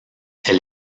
elle